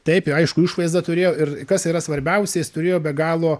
taip i aišku išvaizdą turėjo ir kas yra svarbiausia jis turėjo be galo